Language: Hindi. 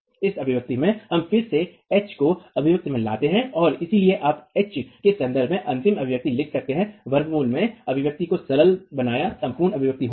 इस अभिव्यक्ति में हम फिर से H एच को अभिव्यक्ति में लाते हैं और इसलिए आप H एच के संदर्भ में अंतिम अभिव्यक्ति लिख सकते हैं वर्ग मूल में अभिव्यक्ति को सरल बनाना संपूर्ण अभिव्यक्ति होगी